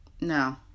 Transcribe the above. no